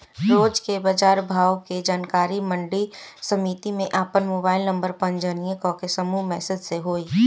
रोज के बाजार भाव के जानकारी मंडी समिति में आपन मोबाइल नंबर पंजीयन करके समूह मैसेज से होई?